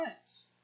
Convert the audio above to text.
times